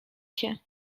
się